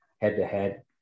head-to-head